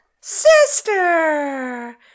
Sister